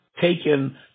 taken